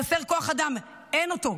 חסר כוח אדם, אין אותו,